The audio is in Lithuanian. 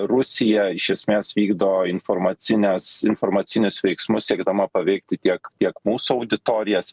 rusija iš esmės vykdo informacines informacinius veiksmus siekdama paveikti tiek tiek mūsų auditorijas